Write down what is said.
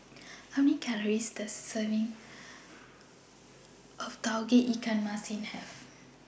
How Many Calories Does A Serving of Tauge Ikan Masin Have